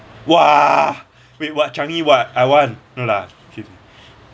!wah! wait what changi what I want no lah kidding